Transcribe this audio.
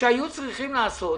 לעשות